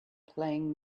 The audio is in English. playing